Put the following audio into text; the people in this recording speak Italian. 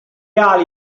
ali